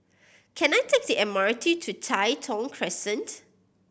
can I take the M R T to Tai Thong Crescent